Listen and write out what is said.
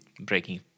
breaking